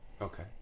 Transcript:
Okay